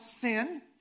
sin